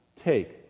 Take